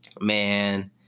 man